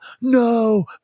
no